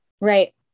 Right